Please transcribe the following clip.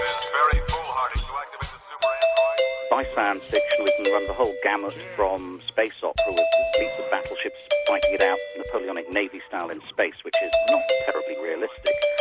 um um ah by science fiction we can run the whole gamut from space opera with with fleets of battleships fighting it out napoleonic navy style in space, which is not terribly realistic.